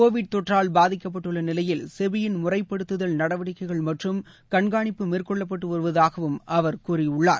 Covid தொற்றால் பாதிக்கப்பட்டுள்ள நிலையில் செபியின் முறைப்படுத்துல் நடவடிக்கைகள் மற்றும் கண்காணிப்பு மேற்கொள்ளப்பட்டு வருவதாக அவர் கூறியுள்ளார்